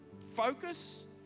focus